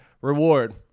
reward